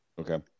Okay